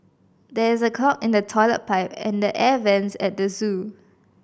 there is a clog in the toilet pipe and the air vents at the zoo